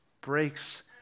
breaks